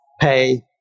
pay